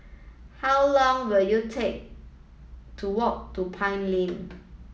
how long will you take to walk to Pine Lane